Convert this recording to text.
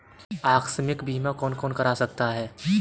आकस्मिक बीमा कौन कौन करा सकता है?